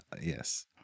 yes